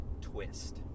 twist